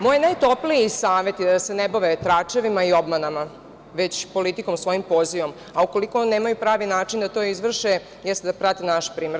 Moji najtopliji savet je da se ne bave tračevima i obmanama, već politikom, svojim pozivom, a ukoliko nemaju pravi način da to izvrše, jeste da prate naš primer.